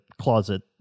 closet